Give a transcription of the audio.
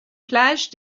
plage